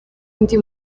undi